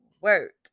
work